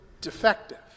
defective